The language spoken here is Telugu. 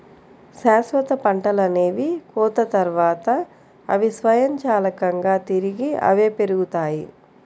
శాశ్వత పంటలనేవి కోత తర్వాత, అవి స్వయంచాలకంగా తిరిగి అవే పెరుగుతాయి